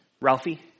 Ralphie